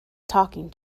talking